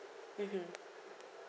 mmhmm